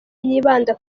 yibanda